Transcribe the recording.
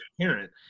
parent